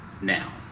now